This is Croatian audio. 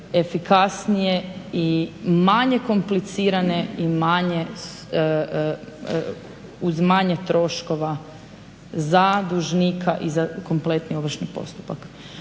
efikasnije i manje komplicirane i manje, uz manje troškova za dužnika i za kompletni ovršni postupak.